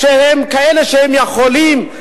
עם כאלה שהם יכולים?